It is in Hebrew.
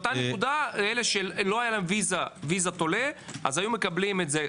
אלה שלא הייתה להם ויזת עולה היו מקבלים את זה.